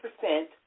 percent